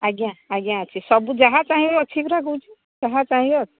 ଆଜ୍ଞା ଆଜ୍ଞା ଅଛି ସବୁ ଯାହା ଚାହିଁବ ଅଛି ପରା କହୁଛି ଯାହା ଚାହିଁବ ଅଛି